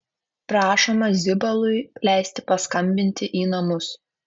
prašoma zibalui leisti paskambinti į namus